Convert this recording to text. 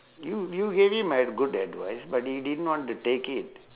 you you gave him a good advice but he didn't want to take it